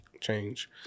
change